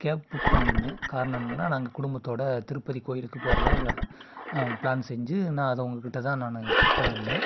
gap book பண்ணியிருந்தேன் காரணம் என்னென்னா நாங்கள் குடும்பத்தோடு திருப்பதி கோவிலுக்கு போகிறதா ப்ளான் செஞ்சு நான் அதை உங்கக்கிட்டே தான் நான் ஃபுக் பண்ணியிருந்தேன்